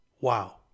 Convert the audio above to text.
Wow